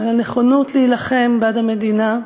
על הנכונות להילחם בעד המדינה,